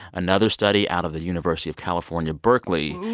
another study out of the university of california, berkeley.